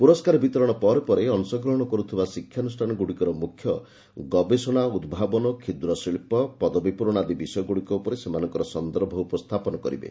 ପୁରସ୍କାର ବିତରଣ ପରେ ପରେ ଅଂଶଗ୍ରହଣ କରୁଥିବା ଶିକ୍ଷାନୁଷାନଗୁଡ଼ିକର ମୁଖ୍ୟ ଗବେଷଣା ଉଭାବନ କ୍ଷୁଦ୍ରଶିଳ୍ପ ପଦବୀ ପୂରଣ ଆଦି ବିଷୟଗୁଡ଼ିକ ଉପରେ ସେମାନଙ୍କର ସନ୍ଦର୍ଭ ଉପସ୍ଥାପନ କରିବେ